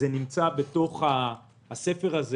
זה נמצא בתוך הספר הזה